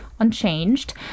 unchanged